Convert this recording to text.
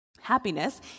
Happiness